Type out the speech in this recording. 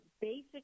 basic